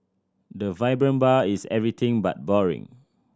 the vibrant bar is everything but boring